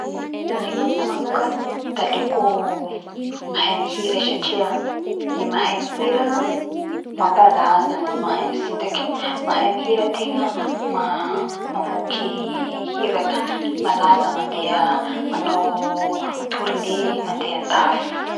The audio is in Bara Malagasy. La tonga dia miteza bitro satria gny bitro biby soa biby magnamby raha io la mihoaty amy biby lava raty bibilava devoly